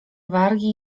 wargi